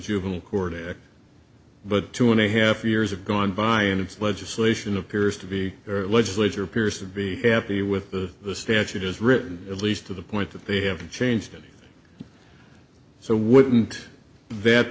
juvenile court but two and a half years of gone by and it's legislation appears to be or legislature appears to be happy with the statute is written at least to the point that they have changed it so wouldn't that